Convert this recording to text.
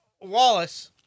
Wallace